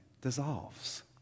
dissolves